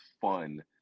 fun